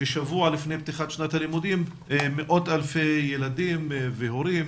ששבוע לפני פתיחת שנת הלימודים מאות אלפי ילדים והורים,